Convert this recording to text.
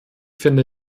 finde